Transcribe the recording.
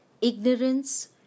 Ignorance